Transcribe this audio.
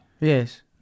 Yes